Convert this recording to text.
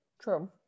true